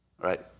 right